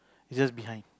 is just behind